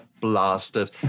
blasted